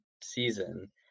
season